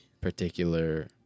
particular